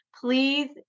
please